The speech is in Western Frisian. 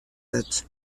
wurdt